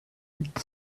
with